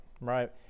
right